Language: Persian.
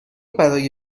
برای